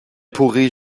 pourrai